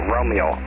Romeo